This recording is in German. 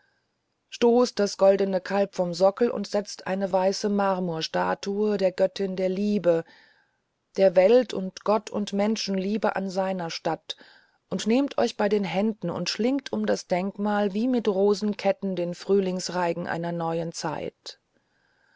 stoßt das goldene kalb vom sockel und setzt eine weiße marmorstatue der göttin der liebe der welt und gott und menschenliebe an seiner statt und nehmt euch bei den händen und schlingt um das denkmal wie mit rosenketten den frühlingsreigen einer besseren zeit